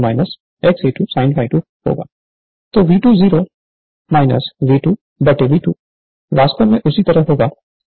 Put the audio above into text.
Refer Slide Time 0205 तो V20 V2 V2 वास्तव में उसी तरह होगा जो Z V2 V2 I2 है